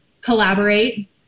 Collaborate